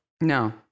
No